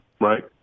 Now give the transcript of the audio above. Right